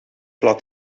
laat